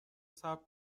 صبر